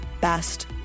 best